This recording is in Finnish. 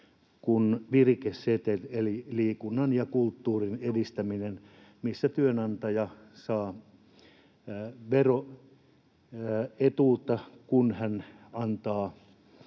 kuin virikeseteli eli liikunnan ja kulttuurin edistäminen, missä työnantaja saa veroetuutta, kun hän antaa